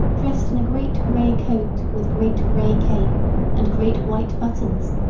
dressed in a great gray coat with great gray cape and great white buttons,